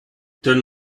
turn